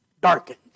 darkened